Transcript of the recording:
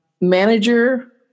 manager